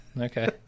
Okay